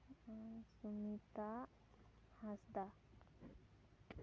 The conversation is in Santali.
ᱥᱩᱢᱤᱛᱟ ᱦᱟᱸᱥᱫᱟ